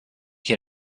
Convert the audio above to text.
can